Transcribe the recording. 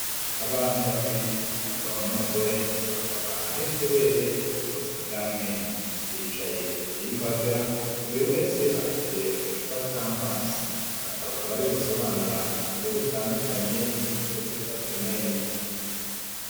Abantu babiri ni umugabo n'umugore bakaba ari inzobere mu buvuzi bw'amenyo. Bicaye imbere y'imbaga buri wese afite agacupa k'amazi. Bakaba bari gusobanura uburyo butandukanye bwo kwita ku menyo.